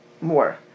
more